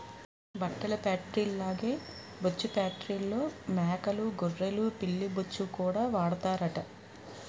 బట్టల ఫేట్రీల్లాగే బొచ్చు ఫేట్రీల్లో మేకలూ గొర్రెలు పిల్లి బొచ్చుకూడా వాడతారట